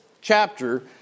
chapter